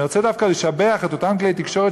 אני רוצה דווקא לשבח את אותם כלי תקשורת